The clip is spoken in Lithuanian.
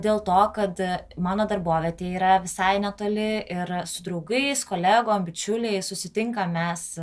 dėl to kad mano darbovietė yra visai netoli ir su draugais kolego bičiuliai susitinkam mes